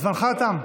זמנך תם.